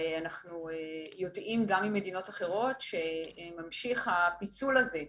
אנחנו יודעים גם ממדינות אחרות שממשיך הפיצול הזה,